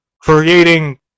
creating